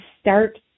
start